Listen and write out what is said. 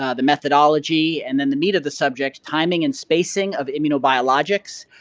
ah the methodology and then the meat of the subjects timing and spacing of immuno biologics,